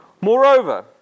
Moreover